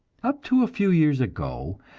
up to a few years ago,